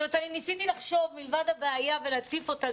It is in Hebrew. ניסיתי לחשוב מלבד הבעיה ולהציף אותה,